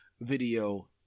video